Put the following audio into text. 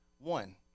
One